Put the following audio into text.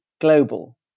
global